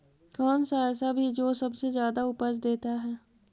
कौन सा ऐसा भी जो सबसे ज्यादा उपज देता है?